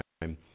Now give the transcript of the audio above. time